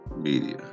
Media